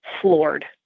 floored